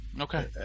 Okay